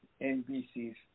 NBC's